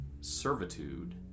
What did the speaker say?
servitude